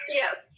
yes